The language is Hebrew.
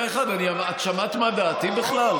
את שמעת מה דעתי בכלל?